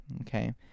Okay